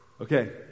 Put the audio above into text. Okay